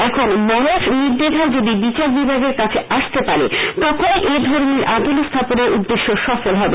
এখন মানুষ নির্দ্বিধায় যদি বিচার বিভাগের কাছে আসতে পারে তখনই এ ধরনের আদালত স্থাপনের উদ্দেশ্য সফল হবে